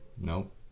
nope